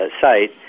site